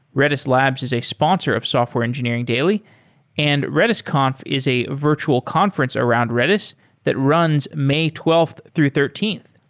redis labs is a sponsor of software engineering daily and redis conf is a virtual conference around redis that runs may twelfth through thirteenth.